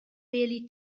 really